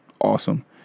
awesome